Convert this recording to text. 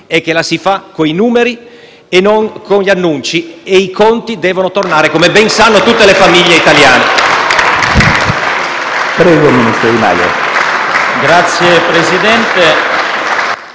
è che la si fa con i numeri e non con gli annunci, e i conti devono tornare, come ben sanno tutte le famiglie italiane.